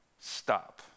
Stop